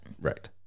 Right